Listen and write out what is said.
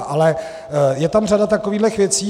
Ale je tam řada takovýchto věcí.